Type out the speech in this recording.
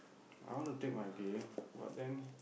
I wanna take my game but then